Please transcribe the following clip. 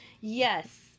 Yes